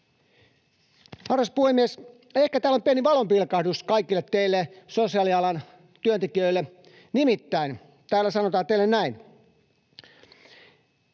Arvoisa puhemies! Ehkä täällä on pieni valonpilkahdus kaikille teille sosiaalialan työntekijöille, nimittäin täällä sanotaan teille näin: